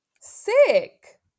Sick